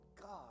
God